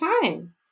time